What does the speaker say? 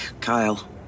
Kyle